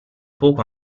poco